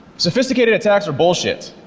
sophisticated attacks are bullshit.